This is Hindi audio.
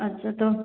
अच्छा तो